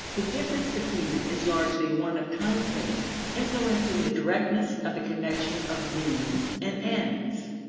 the difference between them is largely one of time-span, influencing the directness of the connection of means and ends.